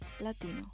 Latino